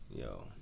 Yo